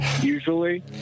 usually